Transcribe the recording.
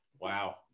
Wow